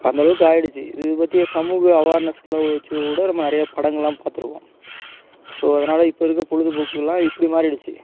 இப்போ அந்தளவுக்கு ஆயிடுச்சு இது பற்றி சமூக அவார்னஸ்க்குலாம் வச்சு கூட நம்ம நிறையா படங்கள்லாம் பார்த்துருக்கோம் ஸோ அதனால இப்போ இருக்க பொழுதுபோக்குக்குலாம் இப்படி மாறிடுச்சு